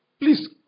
please